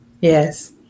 Yes